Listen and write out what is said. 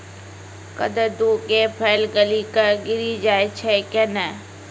कददु के फल गली कऽ गिरी जाय छै कैने?